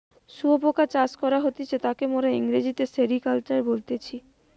শুয়োপোকা চাষ করা হতিছে তাকে মোরা ইংরেজিতে সেরিকালচার বলতেছি